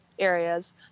areas